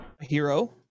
hero